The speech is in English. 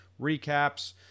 recaps